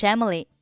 Emily